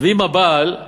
ואם הבעל,